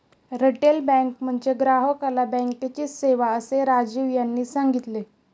retail bank म्हणजे ग्राहकाला बँकेची सेवा, असे राजीव यांनी सांगितले